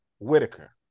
Whitaker